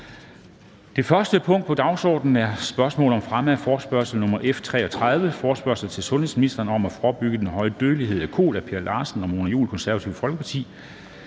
Det første punkt på dagsordenen er: 1) Spørgsmål om fremme af forespørgsel nr. F 33: Forespørgsel til sundhedsministeren om at forebygge den høje dødelighed af kol. Af Per Larsen (KF) og Mona Juul (KF). (Anmeldelse